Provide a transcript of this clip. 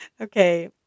Okay